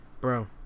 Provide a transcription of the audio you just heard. Bro